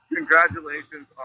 Congratulations